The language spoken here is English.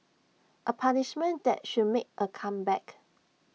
A punishment that should make A comeback